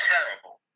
Terrible